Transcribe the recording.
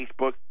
Facebook